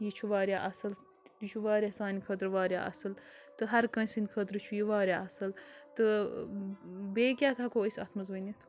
یہِ چھُ وارِیاہ اَصٕل یہِ چھُ وارِیاہ سانہِ خٲطرٕ وارِیاہ اَصٕل تہٕ ہر کٲنٛسہِ ہٕندۍ خٲطرٕ چھُ یہِ وارِیاہ اَصٕل تہٕ بیٚیہِ کیٛاہ اَتھ ہٮ۪کو أسۍ اَتھ منٛز ؤنِتھ